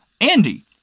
Andy